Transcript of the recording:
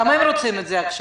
גם הם רוצים את זה עכשיו.